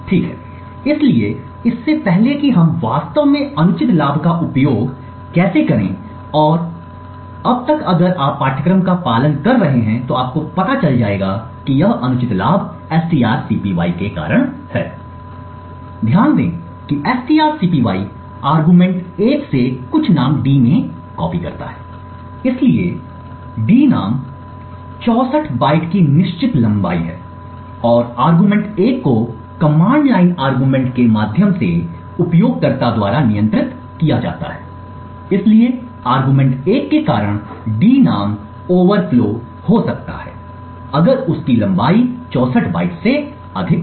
ठीक है इसलिए इससे पहले कि हम वास्तव में अनुचित लाभ का उपयोग कैसे करें और अब तक अगर आप पाठ्यक्रम का पालन कर रहे हैं तो आपको पता चल जाएगा कि यह अनुचित लाभ strcpy के कारण हैध्यान दें कि strcpy अरगुमेंट 1 से कुछ नाम d में कॉपी करता है इसलिए d नाम 64 बाइट्स की निश्चित लंबाई है और अरगुमेंट 1 को कमांड लाइन के अरगुमेंट के माध्यम से उपयोगकर्ता द्वारा नियंत्रित किया जाता है इसलिए अरगुमेंट 1 के कारण d नाम ओवरफ्लो हो सकता है अगर उसकी लंबाई 64 बाइट्स से अधिक हो